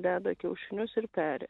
deda kiaušinius ir peri